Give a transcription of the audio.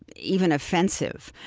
ah even offensive,